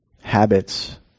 habits